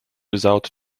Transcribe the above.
without